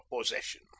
possession